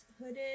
Hooded